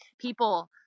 people